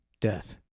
death